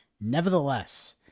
Nevertheless